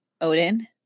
odin